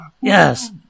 Yes